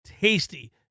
tasty